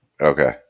Okay